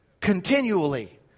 continually